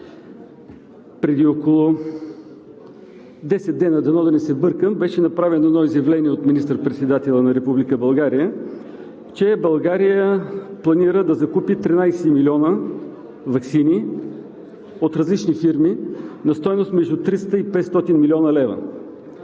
Преди около десет дни, дано да не бъркам, беше направено изявление от министър-председателя на Република България, че България планира да закупи 13 милиона ваксини от различни фирми на стойност между 300 и 500 млн. лв.